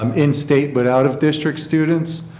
um in-state but out of district students,